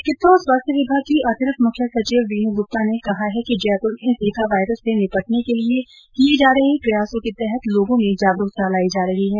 चिकित्सा और स्वास्थ्य विभाग की अतिरिक्त मुख्य सचिव वीनू गुप्ता ने कहा है कि जयपुर में जीका वायरस से निपटने के लिए किए जा रहे प्रयासों के तहत लोगों में जागरूकता भी लाई जा रही है